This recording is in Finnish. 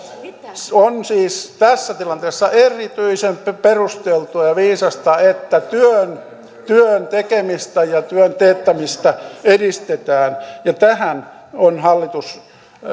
on siis tässä tilanteessa erityisen perusteltua ja viisasta että työn työn tekemistä ja työn teettämistä edistetään ja tähän on hallitus